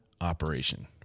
operation